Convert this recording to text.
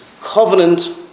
covenant